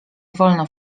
wolno